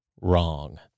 wrong